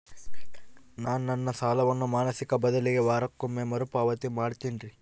ನಾನು ನನ್ನ ಸಾಲವನ್ನು ಮಾಸಿಕ ಬದಲಿಗೆ ವಾರಕ್ಕೊಮ್ಮೆ ಮರುಪಾವತಿ ಮಾಡ್ತಿನ್ರಿ